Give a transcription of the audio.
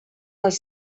les